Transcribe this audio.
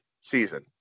season